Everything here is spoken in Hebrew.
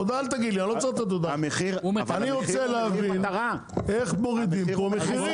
אני רוצה להבין איך מורידים מחירים.